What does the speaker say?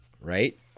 right